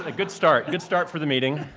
ah good start. good start for the meeting.